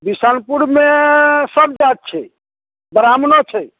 बिशनपुरमे सभ जाति छै ब्राम्हणो छै